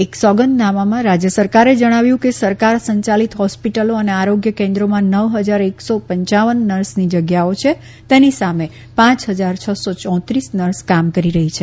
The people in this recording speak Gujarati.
એક સોગંદનામામાં રાજય સરકારે જણાવ્યું કે સરકાર સંચાલિત હોસ્પિટલો અને આરોગ્ય કેન્દ્રોમાં નવ હજાર એકસો પંચાવન નર્સની જગ્યાઓ છે તેની સામે પાંચ હજાર છસો યોત્રીસ નર્સ કામ કરી રહી છે